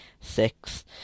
six